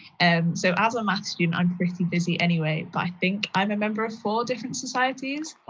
and so as a maths student i'm pretty busy anyway, but i think i'm a member of four different societies.